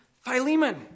Philemon